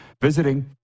visiting